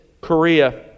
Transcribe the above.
Korea